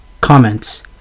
Comments